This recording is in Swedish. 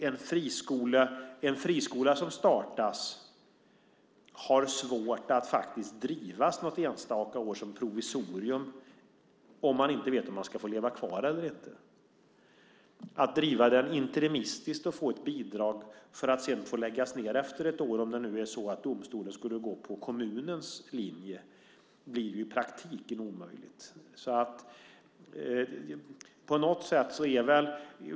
En friskola som startas har svårt att drivas något enstaka år som provisorium om man inte vet om man ska få leva kvar eller inte. Att driva den interimistiskt och få ett bidrag för att sedan få lägga ned efter ett år om domstolen går på kommunens linje blir i praktiken omöjligt.